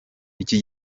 iki